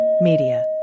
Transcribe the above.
Media